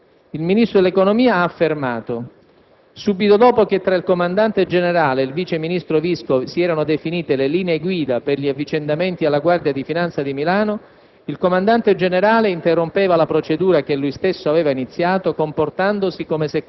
dall'articolo 117 del Codice Militare di Pace II Ministro dell'Economia ha affermato: «... subito dopo che fra il comandante generale e il vice ministro Visco si erano definite le linee guida per gli avvicendamenti alla Guardia di finanza di Milano,